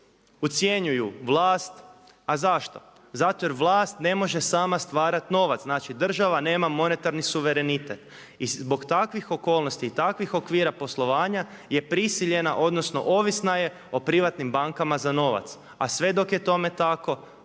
ucjenjuju vlast. A zašto? Zato jer vlast ne može sama stvarati novac. Znači, država nema monetarni suverenitet. I zbog takvih okolnosti i takvih okvira poslovanja je prisiljena, odnosno ovisna je o privatnim bankama za novac. A sve dok je tome tako